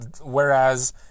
whereas